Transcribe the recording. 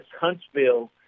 Huntsville